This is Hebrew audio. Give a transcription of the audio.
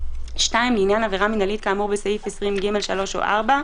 (2)לעניין עבירה מינהלית כאמור בסעיף 20ג(3) או (4)